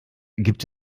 gibt